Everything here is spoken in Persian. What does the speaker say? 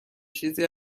چیزی